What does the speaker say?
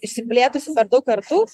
išsiplėtusi per daug kartų